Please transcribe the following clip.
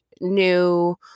new